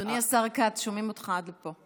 אדוני השר כץ, שומעים אותך עד לפה.